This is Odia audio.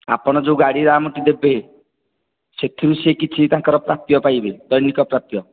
ଆପଣ ଯେଉଁ ଗାଡ଼ି ଆମଠୁ ନେବେ ସେଥିରୁ ସେ କିଛି ତାଙ୍କର ପ୍ରାପ୍ୟ ପାଇବେ ଦୈନିକ ପ୍ରାପ୍ୟ